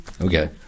Okay